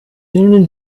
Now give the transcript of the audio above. soon